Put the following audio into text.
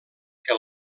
que